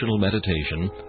meditation